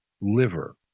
liver